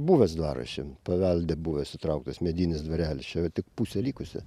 buvęs dvaras čia pavelde buvęs įtrauktas medinis dvarelis čia jo tik pusė likusio